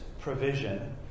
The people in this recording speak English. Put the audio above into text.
provision